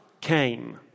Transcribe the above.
came